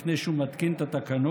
ולפני שהוא מתקין את התקנות